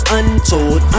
untold